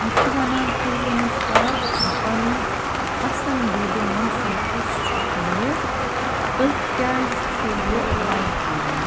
یہِ چھِ وَنان تۄہہِ ؤنِو سا پَنُن پسنٛدیٖدٕ موسَم کُس چھُو تۄہہِ تُہۍ کیٛازِ چھُو یہِ لایِک کَران